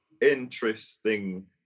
interesting